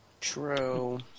True